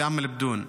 גם באל-בדון.